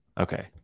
Okay